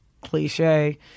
cliche